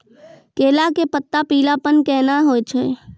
केला के पत्ता पीलापन कहना हो छै?